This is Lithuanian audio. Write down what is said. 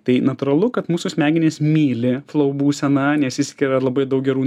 tai natūralu kad mūsų smegenys myli flou būseną nes išskiria labai daug gerų